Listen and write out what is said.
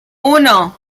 uno